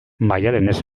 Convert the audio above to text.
maialenez